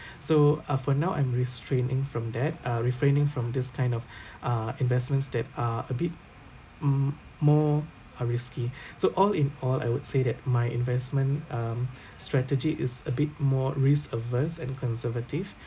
so uh for now I'm restraining from that uh refraining from this kind of uh investments that are a bit m~ more uh risky so all in all I would say that my investment um strategy is a bit more risk-averse and conservative